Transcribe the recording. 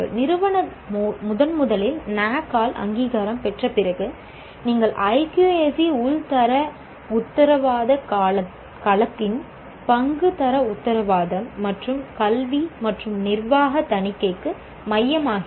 நிறுவனம் முதன்முதலில் NAAC ஆல் அங்கீகாரம் பெற்ற பிறகு நீங்கள் IQAC உள் தர உத்தரவாதக் கலத்தின் பங்கு தர உத்தரவாதம் மற்றும் கல்வி மற்றும் நிர்வாக தணிக்கைக்கு மையமாகிறது